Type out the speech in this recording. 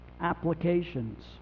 Applications